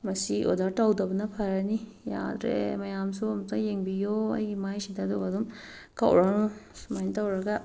ꯃꯁꯤ ꯑꯣꯗꯔ ꯇꯧꯗꯕꯅ ꯐꯔꯅꯤ ꯌꯥꯗ꯭ꯔꯦ ꯃꯌꯥꯝꯁꯨ ꯑꯃꯇ ꯌꯦꯡꯕꯤꯑꯣ ꯑꯩꯒꯤ ꯃꯥꯏꯁꯤꯗ ꯑꯗꯨꯒ ꯑꯗꯨꯝ ꯀꯛꯎꯔꯅꯨ ꯁꯨꯃꯥꯏ ꯇꯧꯔꯒ